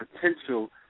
potential